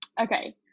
Okay